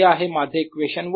हे आहे माझे इक्वेशन 1